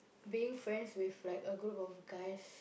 being friends with like a group of guys